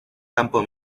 campo